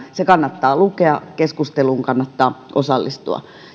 se kannattaa lukea keskusteluun kannattaa osallistua